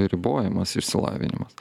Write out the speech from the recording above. ribojamas išsilavinimas